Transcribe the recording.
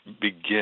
begin